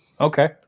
Okay